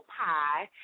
pie